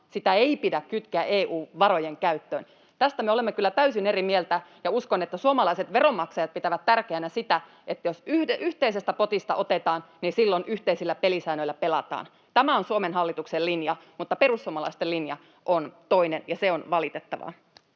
ei pidä kytkeä EU-varojen käyttöön. Tästä me olemme kyllä täysin eri mieltä, ja uskon, että suomalaiset veronmaksajat pitävät tärkeänä sitä, että jos yhteisestä potista otetaan, niin silloin yhteisillä pelisäännöillä pelataan. Tämä on Suomen hallituksen linja, mutta perussuomalaisten linja on toinen, ja se on valitettavaa.